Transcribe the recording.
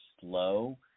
slow